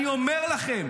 אני אומר לכם,